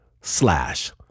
slash